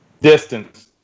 Distance